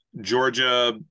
Georgia